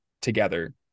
together